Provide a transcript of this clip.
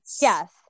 Yes